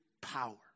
power